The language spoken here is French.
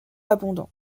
abondant